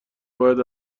باید